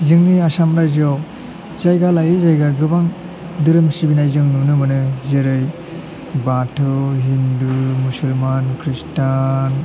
जोंनि आसाम रायजोआव जायगा लायै जायगा गोबां धोरोम सिबिनाय जों नुनो मोनो जेरै बाथौ हिन्दु मुसलमान खृष्टान